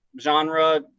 genre